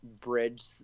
bridge